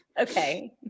Okay